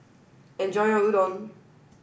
enjoy your Udon